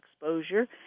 exposure